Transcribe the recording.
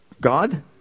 God